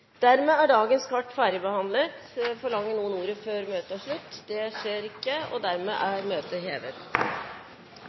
Dermed er dagens kart ferdigbehandlet. Forlanger noen ordet før møtet heves? – Møtet er